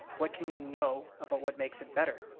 what can we know about what makes it better?